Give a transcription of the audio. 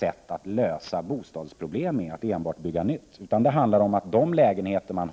Att enbart bygga nytt är inget sätt att klara av bostadsbristen. Det handlar också om att de lägenheter som